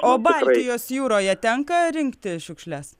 o baltijos jūroje tenka rinkti šiukšles